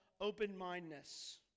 open-mindedness